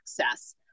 access